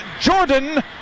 Jordan